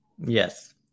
Yes